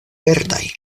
verdaj